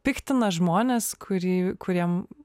piktina žmones kurį kuriem